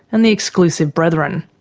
and the exclusive brethren.